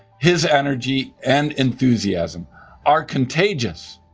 his energy and enthusiasm are contagious,